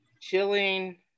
chilling